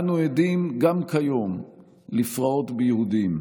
אנו עדים גם כיום לפרעות ביהודים,